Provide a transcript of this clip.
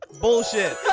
Bullshit